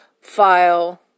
file